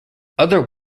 other